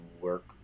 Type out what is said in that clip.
work